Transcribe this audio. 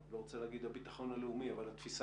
אני לא רוצה להגיד: הביטחון הלאומי מהתפיסה